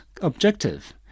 objective